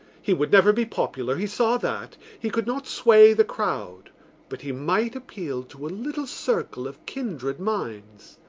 he would never be popular he saw that. he could not sway the crowd but he might appeal to a little circle of kindred minds.